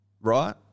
right